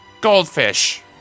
Goldfish